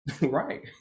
right